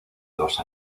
dos